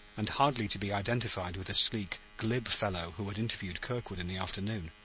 and hardly to be identified with the sleek, glib fellow who had interviewed kirkwood in the afternoon.